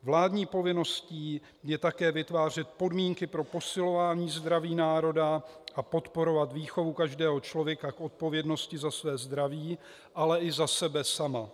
Vládní povinností je také vytvářet podmínky pro posilování zdraví národa a podporovat výchovu každého člověka k odpovědnosti za své zdraví, ale i za sebe sama.